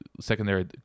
secondary